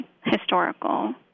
historical